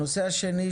הישיבה נעולה.